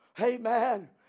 Amen